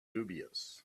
dubious